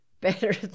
Better